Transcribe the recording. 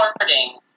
recording